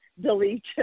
delete